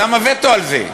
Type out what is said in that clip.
שמה וטו על זה.